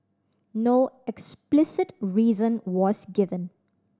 no explicit reason was given